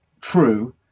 true